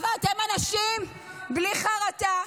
אתם אנשים בלי חרטה,